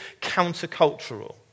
countercultural